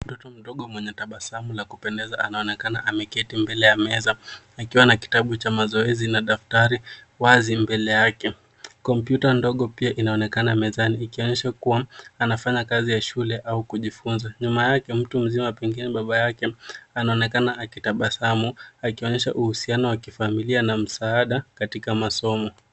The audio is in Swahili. Mtoto mdogo mwenye tabasamu la kupendeza anaonekana ameketi mbele ya meza akiwa na kitabu cha mazoezi na daftari wazi mbele yake. Kompyuta ndogo pia inaonekana mezani ikionyesha kuwa anafanya kazi ya shule au kujifunza. Nyuma yake mtu mzima, pengine baba yake, anaonekana akitabasamu akionyesha uhusiano wa kifamilia na msaada katika masomo.